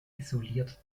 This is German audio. isoliert